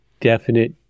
definite